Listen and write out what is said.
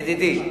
ידידי,